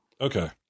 Okay